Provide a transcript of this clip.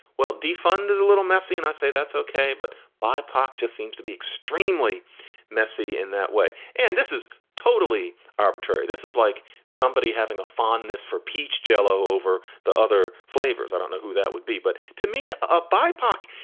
well, defund is a little messy. and i say, that's ok. but bipac just seems to be extremely messy in that way. and this is totally arbitrary. this is like somebody having a fondness for peach jello over the other flavors. i don't know who that would be, but to me, a bipac.